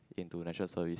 into National Service